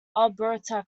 alberta